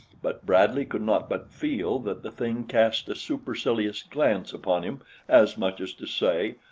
but bradley could not but feel that the thing cast a supercilious glance upon him as much as to say,